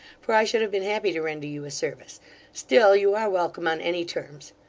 for i should have been happy to render you a service still, you are welcome on any terms.